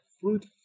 fruit